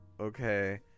okay